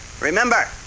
Remember